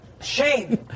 shame